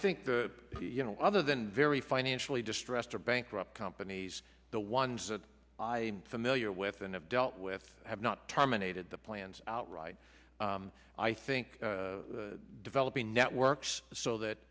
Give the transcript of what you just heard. think you know other than very financially distressed or bankrupt companies the ones i familiar with and have dealt with have not terminated the plans outright i think developing networks so that